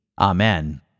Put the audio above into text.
Amen